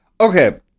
Okay